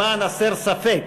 למען הסר ספק,